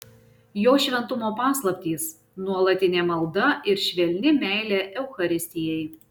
jo šventumo paslaptys nuolatinė malda ir švelni meilė eucharistijai